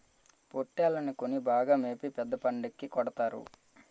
పోట్టేల్లని కొని బాగా మేపి పెద్ద పండక్కి కొడతారు